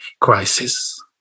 crisis